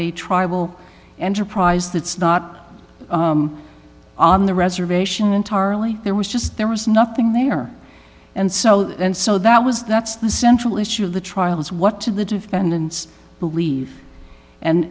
a tribal enterprise that's not on the reservation entirely there was just there was nothing there and so and so that was that's the central issue of the trial is what to the defendants belie